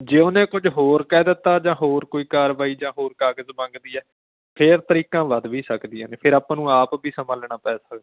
ਜੇ ਉਹਨੇ ਕੁਝ ਹੋਰ ਕਹਿ ਦਿੱਤਾ ਜਾਂ ਹੋਰ ਕੋਈ ਕਾਰਵਾਈ ਜਾਂ ਹੋਰ ਕਾਗਜ਼ ਮੰਗਦੀ ਹੈ ਫਿਰ ਤਰੀਕਾਂ ਵੱਧ ਵੀ ਸਕਦੀਆਂ ਨੇ ਫਿਰ ਆਪਾਂ ਨੂੰ ਆਪ ਵੀ ਸਮਾਂ ਲੈਣਾ ਪੈ ਸਕਦਾ